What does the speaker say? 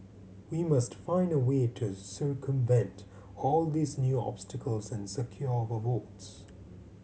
we must find a way to circumvent all these new obstacles and secure our votes